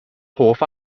hoff